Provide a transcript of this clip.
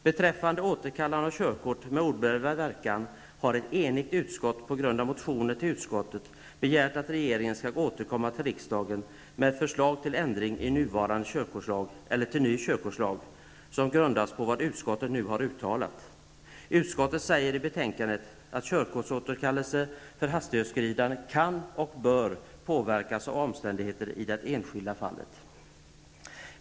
Beträffande detta med återkallande av körkort med omedelbar verkan har ett enigt uskott på grund av motioner till utskottet begärt att regeringen återkommer till riksdagen med förslag till ändring i nuvarande körkortslag eller till en ny körkortslag som då grundas på vad utskottet nu har uttalat. Utskottet säger i betänkandet att körkortsåterkallelse för hastighetsöverskridande kan -- och bör -- påverkas av omständigheter i det enskilda fallet.